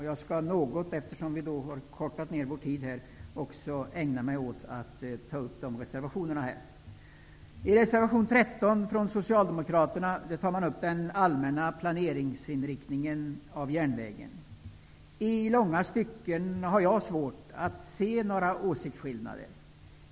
Jag skall något ägna mig åt att kommentera reservationerna. I reservation 13 tar Socialdemokraterna upp den allmänna planeringsinriktningen i fråga om järnvägen. I långa stycken har jag svårt att se några åsiktsskillnader.